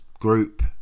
group